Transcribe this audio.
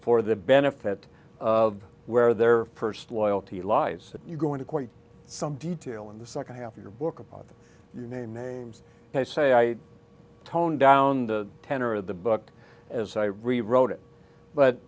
for the benefit of where their first loyalty lies you go into quite some detail in the second half of your book about you name names and i say i tone down the tenor of the book as i rewrote it but